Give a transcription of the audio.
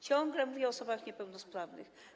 Ciągle mówię o osobach niepełnosprawnych.